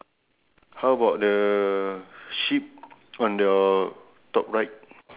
how about your potatoes got how many bucket